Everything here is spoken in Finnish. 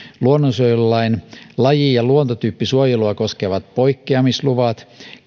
luonnonsuojelulain laji ja luontotyyppisuojelua koskevat poikkeamisluvat